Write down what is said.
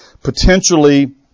potentially